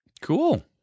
Cool